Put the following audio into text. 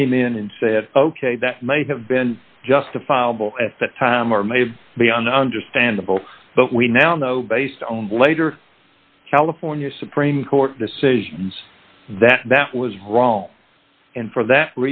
came in and said ok that may have been justifiable at that time or may be on the understandable but we now know based on later california supreme court decisions that that was wrong and for that